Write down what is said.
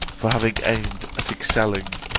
for having aimed at excelling.